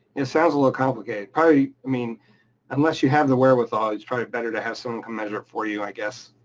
it sounds a little complicated, probably, i mean unless you have the wherewithal, it's probably better to have someone come measure it for you, i guess.